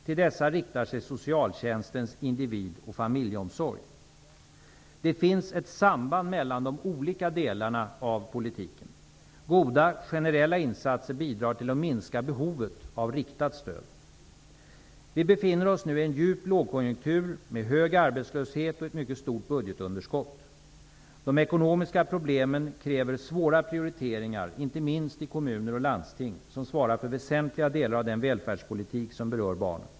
Till dessa riktar sig socialtjänstens individ och familjeomsorg. Det finns ett samband mellan de olika delarna av politiken. Goda generella insatser bidrar till att minska behovet av riktat stöd. Vi befinner oss nu i en djup lågkonjunktur med hög arbetslöshet och ett mycket stort budgetunderskott. De ekonomiska problemen kräver svåra prioriteringar inte minst i kommuner och landsting, som svarar för väsentliga delar av den välfärdspolitik som berör barnen.